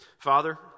Father